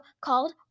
called